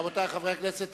רבותי חברי הכנסת,